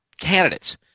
candidates